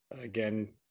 again